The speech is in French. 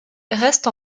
reste